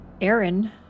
Aaron